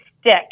stick